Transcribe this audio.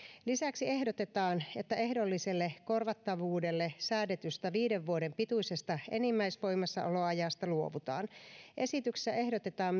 lisäksi ehdotetaan että ehdolliselle korvattavuudelle säädetystä viiden vuoden pituisesta enimmäisvoimassaoloajasta luovutaan esityksessä ehdotetaan